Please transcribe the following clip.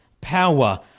power